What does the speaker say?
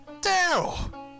Daryl